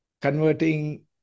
converting